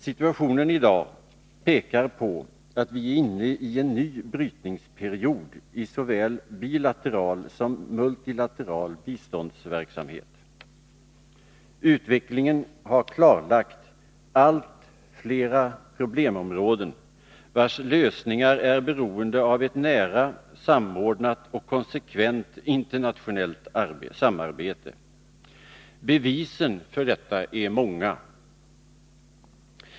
Situationen i dag pekar på att vi är inne i en ny brytningsperiod i såväl bilateral som multilateral biståndsverksamhet. Utvecklingen har klarlagt allt flera problemområden vilkas lösningar är beroende av ett nära, samordnat och konsekvent internationellt samarbete. Bevisen för detta är många.